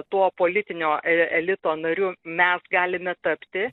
to politinio elito nariu mes galime tapti